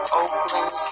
Oakland